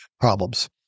problems